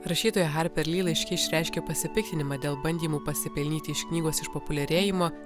rašytoja harper ly laiške išreiškė pasipiktinimą dėl bandymų pasipelnyti iš knygos išpopuliarėjimo